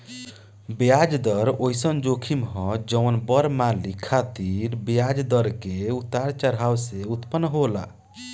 ब्याज दर ओइसन जोखिम ह जवन बड़ मालिक खातिर ब्याज दर के उतार चढ़ाव से उत्पन्न होला